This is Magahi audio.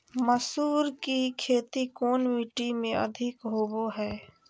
मसूर की खेती कौन मिट्टी में अधीक होबो हाय?